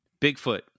Bigfoot